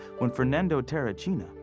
when fernando terracina,